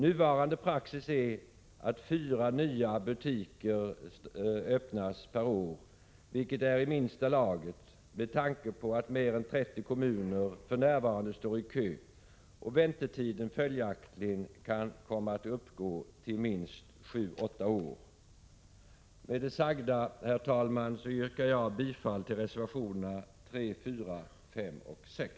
Nuvarande praxis är att fyra nya butiker per år öppnas, vilket är i minsta laget med tanke på att mer än 30 kommuner för närvarande står i kö och väntetiden följaktligen kan komma att uppgå till minst 7-8 år. Med det sagda, herr talman, yrkar jag bifall till reservationerna 3, 4, 5 och 6.